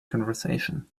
conversation